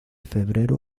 febrero